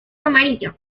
amarillo